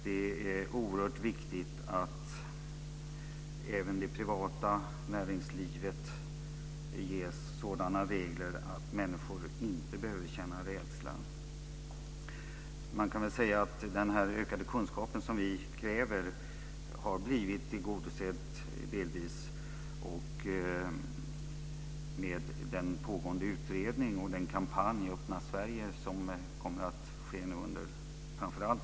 Det är oerhört viktigt att även det privata näringslivet ges sådana regler att människor inte behöver känna rädsla. Den ökade kunskap som vi kräver har blivit delvis tillgodosedd med den pågående utredning och den kampanj, Öppna Sverige, som kommer att koncentreras under våren.